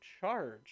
charge